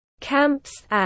Camps